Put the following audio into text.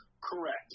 Correct